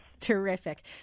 Terrific